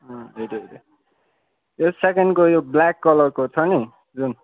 अँ भेटेँ भेटेँ यो सेकेन्डको यो ब्ल्याक कलरको छ नि जुन